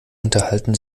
unterhalten